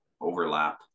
overlap